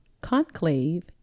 conclave